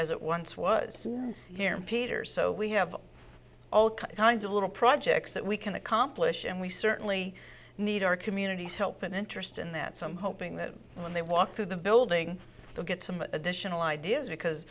as it once was here peters so we have all kinds of little projects that we can accomplish and we certainly need our communities help and interest in that some hoping that when they walk through the building they'll get some additional ideas because